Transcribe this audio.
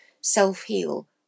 self-heal